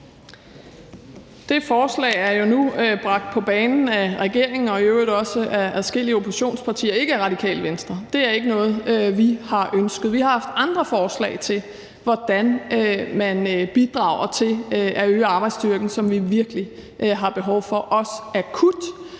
Det forslag er jo nu bragt på banen af regeringen og i øvrigt også af adskillige oppositionspartier – ikke af Radikale Venstre; det er ikke noget, vi har ønsket. Vi har haft andre forslag til, hvordan man bidrager til at øge arbejdsstyrken, som vi virkelig har behov for, også akut